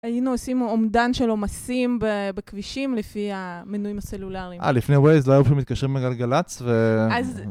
היינו עושים עומדן של עומסים בכבישים לפי המנויים הסלולריים. אה, לפני הווייז לא היינו פשוט מתקשרים לגלגלץ ו...